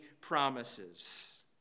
promises